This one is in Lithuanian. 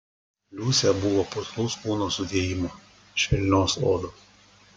liusė buvo putlaus kūno sudėjimo švelnios odos